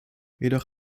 jedoch